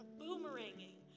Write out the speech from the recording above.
boomeranging